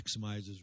maximizes